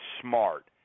Smart